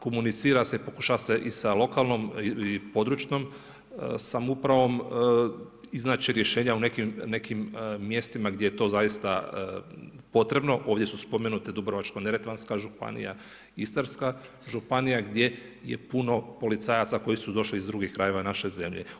Komunicira se i pokušava se i sa lokalnom i područnom samoupravom iznaći rješenja u nekim mjestima gdje je to zaista potrebno, ovdje su spomenute Dubrovačko-neretvanska županija, Istarska županija gdje je puno policajaca koji su došli iz drugih krajeva naše zemlje.